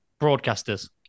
broadcasters